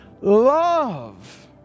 love